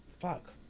fuck